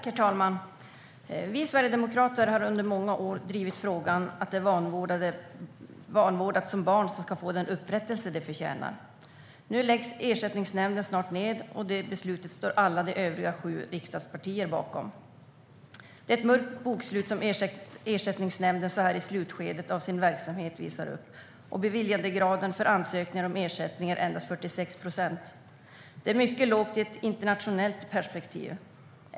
Herr talman! Vi Sverigedemokrater har under många år drivit frågan om att de som vanvårdats som barn ska få den upprättelse som de förtjänar. Nu läggs Ersättningsnämnden snart ned, och det står alla övriga sju riksdagspartier bakom. Det är ett mörkt bokslut som Ersättningsnämnden så här i slutskedet av sin verksamhet visar upp. Beviljandegraden för ansökningar om ersättning är endast 46 procent. Det är mycket lågt i ett internationellt perspektiv.